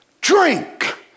drink